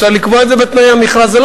אפשר לקבוע את זה בתנאי המכרז.